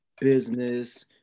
business